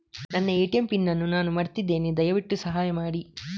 ನನ್ನ ATM PIN ಅನ್ನು ನಾನು ಮರ್ತಿದ್ಧೇನೆ, ದಯವಿಟ್ಟು ಸಹಾಯ ಮಾಡಿ